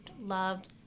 loved